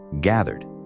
gathered